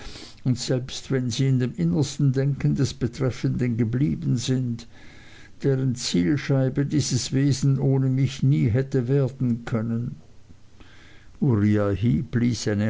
und selbst wenn sie in dem innersten denken des betreffenden geblieben sind deren zielscheibe dieses wesen ohne mich nie hätte werden können